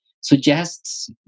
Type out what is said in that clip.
suggests